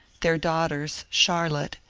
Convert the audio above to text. their daughters, char lotte,